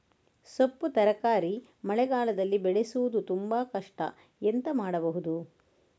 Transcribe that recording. ಸೊಪ್ಪು ತರಕಾರಿ ಮಳೆಗಾಲದಲ್ಲಿ ಬೆಳೆಸುವುದು ತುಂಬಾ ಕಷ್ಟ ಎಂತ ಮಾಡಬಹುದು?